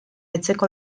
etxeko